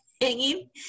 hanging